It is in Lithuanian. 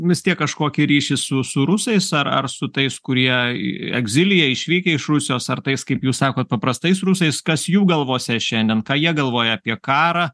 vis tiek kažkokį ryšį su su rusais ar ar su tais kurie egzilyje išvykę iš rusijos ar tais kaip jūs sakot paprastais rusais kas jų galvose šiandien ką jie galvoja apie karą